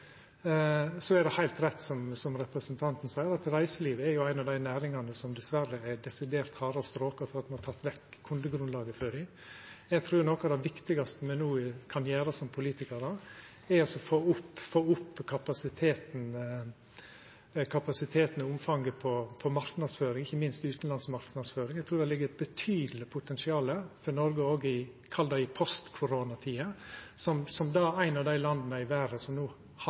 det er heilt rett, som representanten seier, at reiselivet er ei av dei næringane som dessverre er desidert hardast råka fordi me har teke vekk kundegrunnlaget deira. Eg trur at noko av det viktigaste me no kan gjera som politikarar, er å få opp kapasiteten og omfanget på marknadsføringa, ikkje minst utanlandsk marknadsføring. Eg trur at det ligg eit betydeleg potensial for Noreg òg i postkoronatida, som eit av landa i verda som har handtert koronakrisa så eineståande, og som vert opplevd som